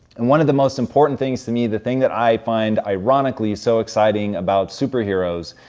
and one of the most important things to me, the thing that i find ironically so exciting about super heroes,